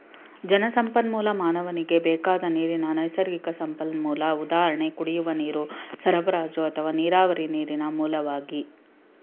ಜಲಸಂಪನ್ಮೂಲ ಮಾನವನಿಗೆ ಬೇಕಾದ ನೀರಿನ ನೈಸರ್ಗಿಕ ಸಂಪನ್ಮೂಲ ಉದಾಹರಣೆ ಕುಡಿಯುವ ನೀರು ಸರಬರಾಜು ಅಥವಾ ನೀರಾವರಿ ನೀರಿನ ಮೂಲವಾಗಿ